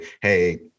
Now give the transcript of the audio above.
hey